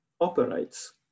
operates